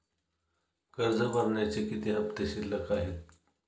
कर्ज भरण्याचे किती हफ्ते शिल्लक आहेत?